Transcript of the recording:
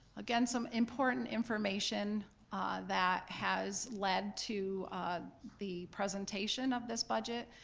again, some important information that has led to the presentation of this budget.